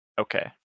Okay